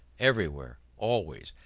everywhere, always,